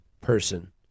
person